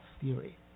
theory